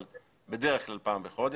אבל בדרך כלל פעם בחודש